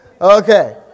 Okay